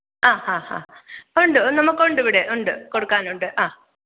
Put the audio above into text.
ആഹ് ഹാ ഹാ ഉണ്ട് നമുക്ക് ഉണ്ട് ഇവിടെ ഉണ്ട് കൊടുക്കാനുണ്ട് ആഹ്